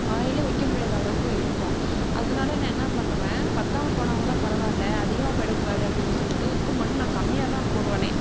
வாயிலே வைக்க முடியாத அளவுக்கு இருக்கும் அதனால் நான் என்ன பண்ணுவேன் பற்றாம போனால் கூட பரவாயில்ல அதிகமாக போய்விடக்கூடாது அப்படின் சொல்லிவிட்டு உப்பு மட்டும் நான் கம்மியாக தான் போடுவனே